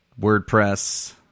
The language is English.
WordPress